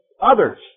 others